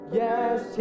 yes